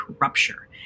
rupture